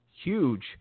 huge